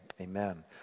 Amen